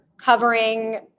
covering